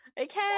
okay